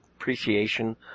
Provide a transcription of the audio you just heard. appreciation